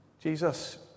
Jesus